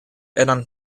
eran